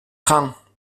grand